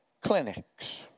clinics